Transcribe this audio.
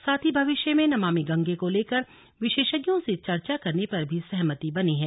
साथ ही भविष्य में नमामि गंगे को लेकर विशेषज्ञों से चर्चा करने पर भी सहमति बनी है